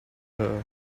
her